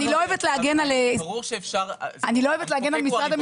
אני לא אוהבת להגן על משרד המשפטים,